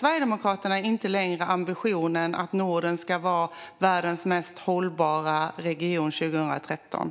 Som jag uppfattade det ifrågasattes den visionen. Min fråga är: Delar Sverigedemokraterna inte längre den ambitionen?